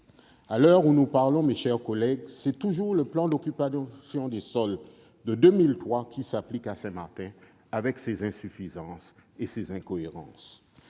À l'heure où nous parlons, c'est toujours le plan d'occupation des sols de 2003 qui s'applique à Saint-Martin, avec ses insuffisances et ses incohérences.